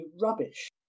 rubbish